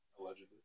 allegedly